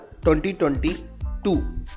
2022